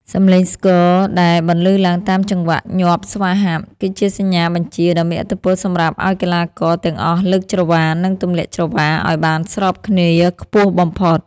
សំឡេងស្គរដែលបន្លឺឡើងតាមចង្វាក់ញាប់ស្វាហាប់ គឺជាសញ្ញាបញ្ជាដ៏មានឥទ្ធិពលសម្រាប់ឱ្យកីឡាករទាំងអស់លើកច្រវា និងទម្លាក់ច្រវាឱ្យបានស្របគ្នាខ្ពស់បំផុត